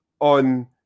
on